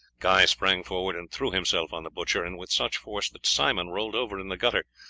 guy sprung forward and threw himself on the butcher, and with such force that simon rolled over in the gutter.